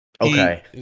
okay